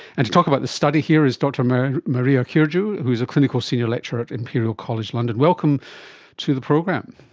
and to talk about this study here is dr maria maria kyrgiou who is a clinical senior lecturer at imperial college london. welcome to the program.